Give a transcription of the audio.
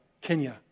Kenya